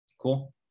Cool